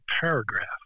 paragraph